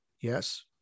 Yes